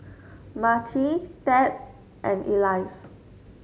Marci Ted and Elias